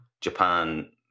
Japan